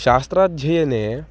शास्त्राध्ययने